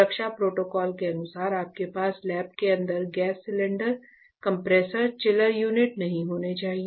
सुरक्षा प्रोटोकॉल के अनुसार आपके पास लैब के अंदर gas cylinder compressor chiller unit नहीं होने चाहिए